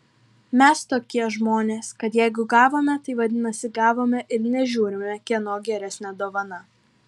mes tokie žmonės kad jeigu gavome tai vadinasi gavome ir nežiūrime kieno geresnė dovana